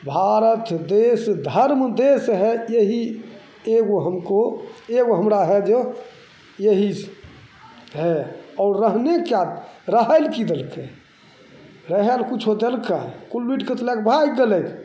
भारत देश धर्म देश है यही एगो हमको एगो हमरा है जो यही है और रहने क्या रहैले कि देलकै रहैले किछु देलकै कुल लुटिके तऽ लैके भागि गेलै